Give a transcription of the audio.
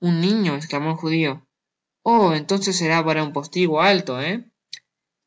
un niño esclamó el judio oh entonces será para un postigo alto he